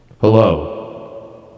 hello